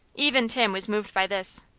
even tim was moved by this.